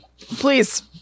Please